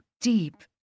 deep